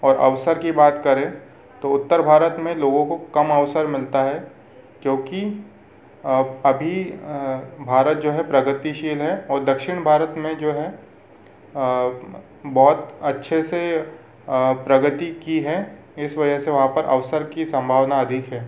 और अगर अवसर की बात करें तो उत्तर भारत में लोगों को कम औसर मिलता है क्योंकि अभी भारत जो है प्रगतिशील है और दक्षिण भारत में जो है बहुत अच्छे से प्रगति की है इस वजह से वहाँ पर अवसर की संभावना अधिक है